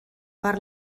per